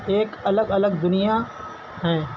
ایک الگ الگ دنیا ہیں